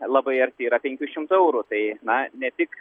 labai arti yra penkių šimtų eurų tai na ne tik